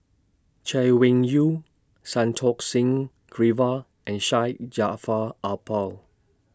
Chay Weng Yew Santokh Singh Grewal and Syed Jaafar Albar